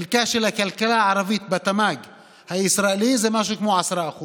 חלקה של הכלכלה הערבית בתמ"ג הישראלי זה משהו כמו 10%;